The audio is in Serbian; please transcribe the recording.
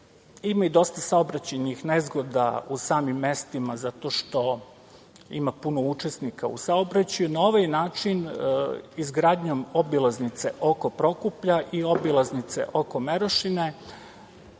Ima dosta i saobraćajnih nezgoda u samim mestima zato što ima puno učesnika u saobraćaju. Na ovaj način izgradnjom obilaznice oko Prokuplja i obilaznice oko Merošime